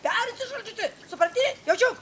persišaldžiusi supranti jaučiu